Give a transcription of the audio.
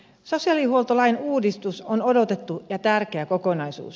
sosiaalihuoltolain uudistus on odotettu ja tärkeä kokonaisuus